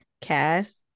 cast